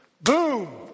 Boom